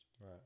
Right